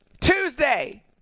Tuesday